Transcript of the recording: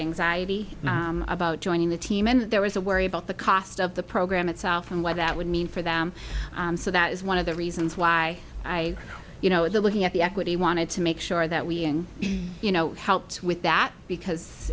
anxiety about joining the team and there was a worry about the cost of the program itself and what that would mean for them so that is one of the reasons why i you know they're looking at the equity wanted to make sure that we you know helped with that because